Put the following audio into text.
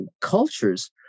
cultures